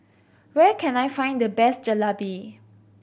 where can I find the best Jalebi